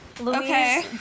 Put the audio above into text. Okay